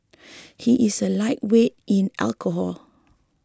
he is a lightweight in alcohol